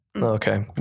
Okay